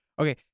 Okay